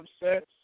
upsets